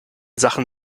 sachen